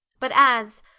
but as,